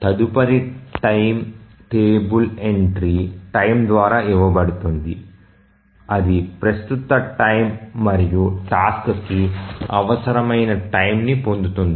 తదుపరి time table entry time ద్వారా ఇవ్వబడుతుంది అది ప్రస్తుత టైమ్ మరియు టాస్క్ కి అవసరమైన టైమ్ ని పొందుతుంది